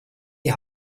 die